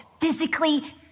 physically